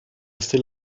still